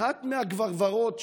אחת מהגברברות,